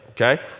Okay